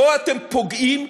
פה אתם פוגעים,